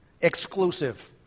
exclusive